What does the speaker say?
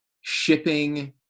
shipping